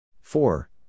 Four